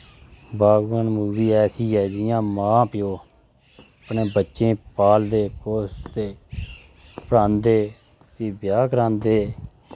बागवान मूवी ऐसी ऐ जि'यां मा प्यो अपने बच्चें पालदे पोसदे पढ़ांदे फ्ही ब्याह् करांदे